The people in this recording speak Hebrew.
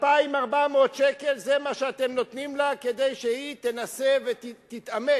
2,400 שקל זה מה שאתם נותנים לה כדי שהיא תנסה ותתאמץ